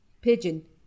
pigeon